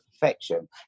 perfection